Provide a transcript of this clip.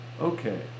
okay